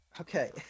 Okay